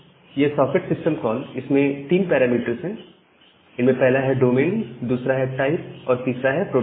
यह socket system call इसमें 3 parameters है इसमें पहला है डोमेन दूसरा है टाइप और तीसरा है प्रोटोकॉल